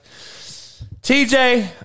TJ